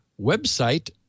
website